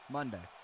Monday